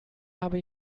habe